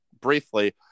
Briefly